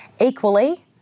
Equally